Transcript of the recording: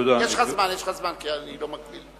יש לך זמן, כי אני לא מגביל.